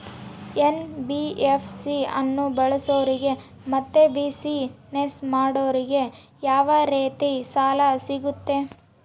NBFC ಅನ್ನು ಬಳಸೋರಿಗೆ ಮತ್ತೆ ಬಿಸಿನೆಸ್ ಮಾಡೋರಿಗೆ ಯಾವ ರೇತಿ ಸಾಲ ಸಿಗುತ್ತೆ?